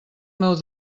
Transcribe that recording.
meu